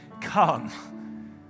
Come